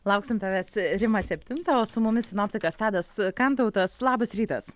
lauksim tavęs rima septintą o su mumis sinoptikas tadas kantautas labas rytas